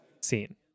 Scene